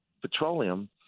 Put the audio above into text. petroleum